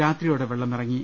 രാത്രിയോടെ വെള്ളം ഇറങ്ങി